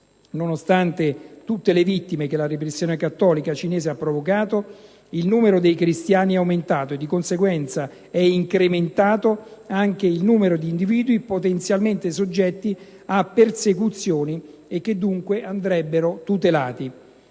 Nonostante tutte le vittime che la repressione cattolica cinese ha provocato, il numero dei cristiani è aumentato e, di conseguenza, è incrementato anche il numero di individui potenzialmente soggetti a persecuzioni e che, dunque, andrebbero tutelati.